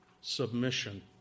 submission